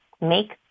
make